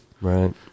right